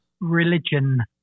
religion